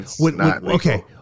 okay